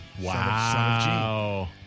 Wow